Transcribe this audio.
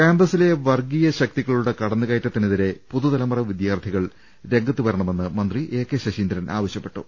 കൃാമ്പസിലെ വർഗ്ഗീയശക്തികളുടെ കടന്നു കയറ്റത്തിനെതിരെ പുതുതലമുറ വിദ്യാർത്ഥികൾ രംഗ ത്തുവരണമെന്ന് മന്ത്രി എ കെ ശശീന്ദ്രൻ ആവശ്യപ്പെ ട്ടു